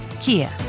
Kia